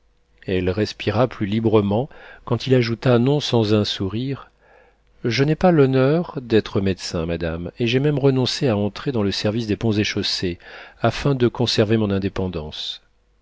elle respira plus librement quand il ajouta non sans un sourire je n'ai pas l'honneur d'être médecin madame et j'ai même renoncé à entrer dans le service des ponts et chaussées afin de conserver mon indépendance